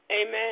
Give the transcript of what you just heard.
Amen